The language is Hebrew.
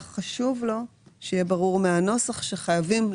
במהלך שנת כספים,